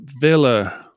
Villa